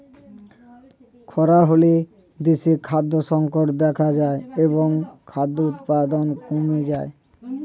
খরা হলে দেশে খাদ্য সংকট দেখা যায় এবং খাদ্য উৎপাদন কমে যায়